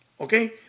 Okay